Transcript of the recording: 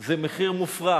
זה מחיר מופרך.